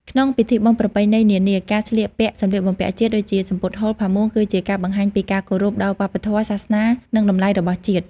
ក្នុងពិធីបុណ្យប្រពៃណីនានា ការស្លៀកពាក់សម្លៀកបំពាក់ជាតិ ដូចជាសំពត់ហូល ផាមួង គឺជាការបង្ហាញពីការគោរពដល់វប្បធម៌ សាសនា និងតម្លៃរបស់ជាតិ។